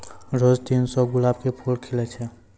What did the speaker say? रोज तीन सौ गुलाब के फूल खिलै छै